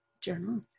Journal